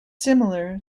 similar